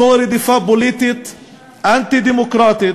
זוהי רדיפה פוליטית אנטי-דמוקרטית,